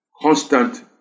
constant